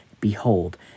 Behold